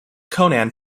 conan